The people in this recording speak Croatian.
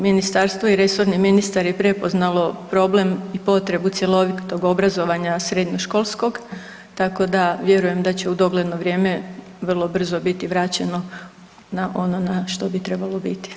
Ministarstvo i resorni ministar je prepoznalo problem i potrebu cjelovitog obrazovanja srednjoškolskog, tako da vjerujem da će u dogledno vrijeme vrlo biti vraćeno na ono na što bi trebalo biti.